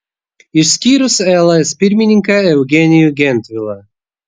išskyrus ls pirmininką eugenijų gentvilą